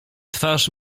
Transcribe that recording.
twarz